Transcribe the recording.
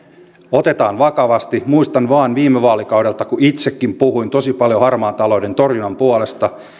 otetaan vakavasti muistan vain viime vaalikaudelta kun itsekin puhuin tosi paljon harmaan talouden torjunnan puolesta